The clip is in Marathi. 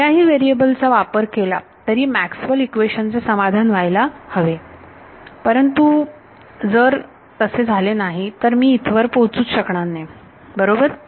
कोणत्याही चला चा वापर केला तरी मॅक्सवेल इक्वेशनMaxwell's equation चे समाधान व्हायला हवे परंतु जर तसे झाले नाही तर मी इथवरपोहोचू शकणार नाही बरोबर